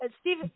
Steve